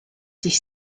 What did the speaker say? sich